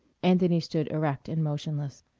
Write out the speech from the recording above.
anthony stood erect and motionless.